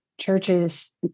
churches